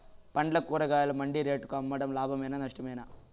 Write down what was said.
పండ్లు కూరగాయలు మండి రేట్లకు అమ్మడం లాభమేనా నష్టమా?